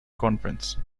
conference